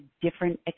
different